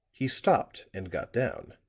he stopped and got down